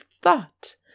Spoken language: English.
thought